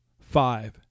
Five